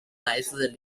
来自